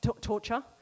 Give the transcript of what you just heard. torture